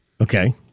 Okay